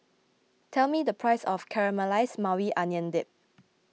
tell me the price of Caramelized Maui Onion Dip